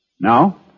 Now